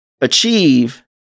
achieve